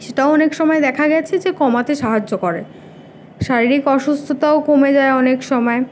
সেটাও অনেক সময় দেখা গেছে যে কমাতে সাহায্য করে শারীরিক অসুস্থতাও কমে যায় অনেক সময়